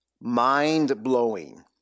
mind-blowing